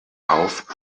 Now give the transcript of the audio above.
auf